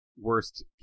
worst